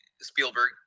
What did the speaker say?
spielberg